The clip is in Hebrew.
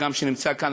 שנמצא כאן,